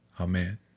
Amen